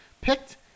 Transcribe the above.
picked